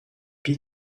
pit